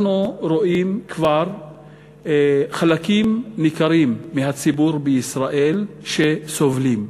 אנחנו רואים כבר חלקים ניכרים מהציבור בישראל שסובלים.